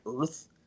earth